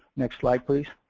next slide please.